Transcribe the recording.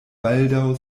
baldaŭ